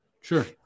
Sure